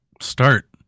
start